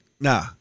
Nah